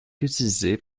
utilisés